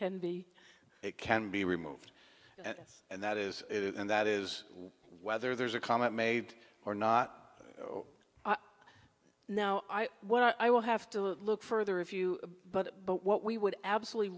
can be it can be removed and that is it and that is whether there's a comment made or not now when i will have to look further if you but but what we would absolutely